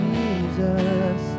Jesus